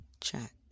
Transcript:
chat